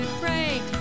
pray